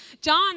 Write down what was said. John